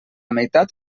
meitat